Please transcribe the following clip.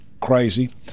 crazy